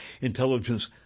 intelligence